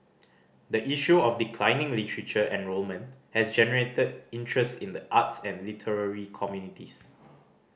the issue of declining literature enrolment has generated interest in the arts and literary communities